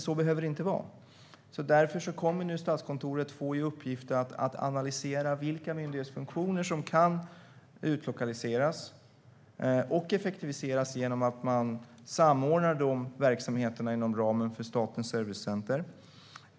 Så behöver det inte vara, och därför kommer Statskontoret att få i uppgift att analysera vilka myndighetsfunktioner som kan utlokaliseras och effektiviseras genom att man samordnar dessa verksamheter inom ramen för Statens servicecenter.